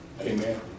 Amen